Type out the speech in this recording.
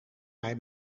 mij